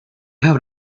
have